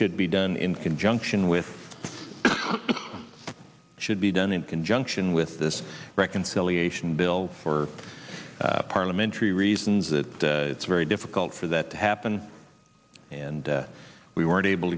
should be done in conjunction with should be done in conjunction with this reconciliation bill for parliamentary reasons that it's very difficult for that to happen and we weren't able